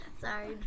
Sorry